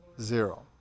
Zero